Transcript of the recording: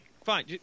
fine